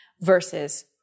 versus